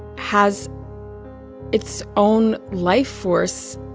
has its own life force.